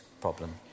problem